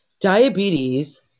diabetes